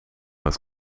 het